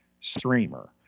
streamer